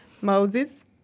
Moses